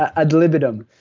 ad libitum